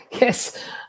Yes